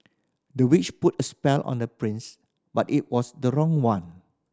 the witch put a spell on the prince but it was the wrong one